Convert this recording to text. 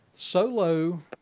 Solo